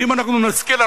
ואם אנחנו נשכיל,